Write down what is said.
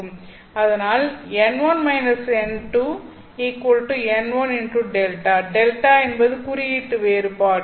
அதனால் n1 - n2 n1Δ Δ என்பது குறியீட்டு வேறுபாடு